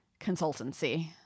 consultancy